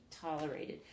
tolerated